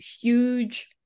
huge